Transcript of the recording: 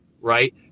right